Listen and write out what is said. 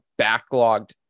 backlogged